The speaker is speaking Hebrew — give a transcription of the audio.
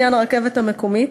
הן לעניין הרכבת המקומית,